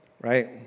right